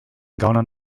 gaunern